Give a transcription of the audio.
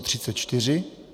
34.